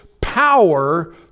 power